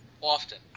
Often